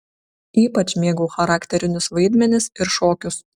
ypač mėgau charakterinius vaidmenis ir šokius